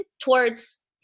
towards-